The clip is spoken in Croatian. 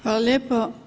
Hvala lijepo.